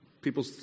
People